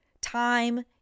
Time